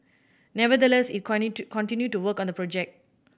nevertheless it continued to work on the project